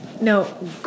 No